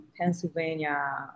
Pennsylvania